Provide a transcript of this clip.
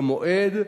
במועד,